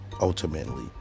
ultimately